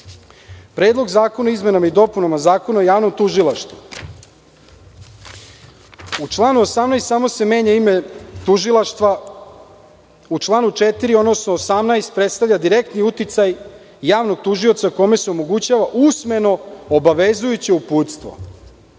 slučaj. Predlog zakona o izmenama i dopunama zakona o javnom tužilaštvu. U članu 18. samo se menja ime tužilaštva. U članu 4. odnosno 18. predstavlja direktni uticaj javnog tužioca kome se omogućava usmeno obavezujuće uputstvo